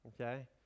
okay